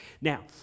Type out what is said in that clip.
Now